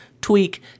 tweak